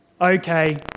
Okay